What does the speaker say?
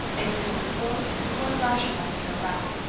and even miss gwilt was rash enough to go back.